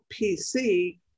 PC